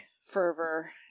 fervor